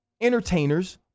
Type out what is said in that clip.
entertainers